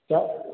ଚା